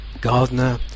gardener